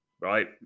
right